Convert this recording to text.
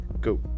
go